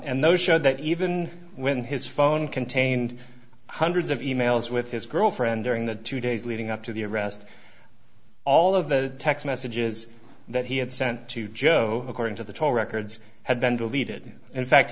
and those showed that even when his phone contained hundreds of e mails with his girlfriend during the two days leading up to the arrest all of the text messages that he had sent to joe according to the toll records had been deleted in